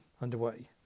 underway